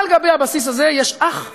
על גבי הבסיס הזה יש אך ורק,